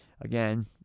again